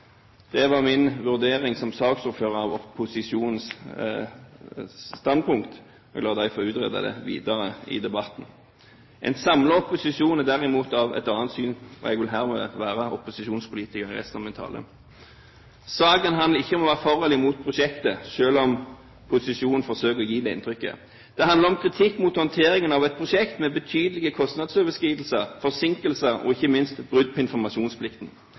Det er min vurdering som saksordfører at posisjonen får utrede sitt standpunkt videre i debatten. En samlet opposisjon har derimot et annet syn, og jeg vil herved være opposisjonspolitiker i resten av min tale. Saken handler ikke om å være for eller imot prosjektet, selv om posisjonen forøker å gi det inntrykket. Det handler om kritikk av håndteringen av et prosjekt med betydelige kostnadsoverskridelser, forsinkelser og ikke minst brudd på informasjonsplikten.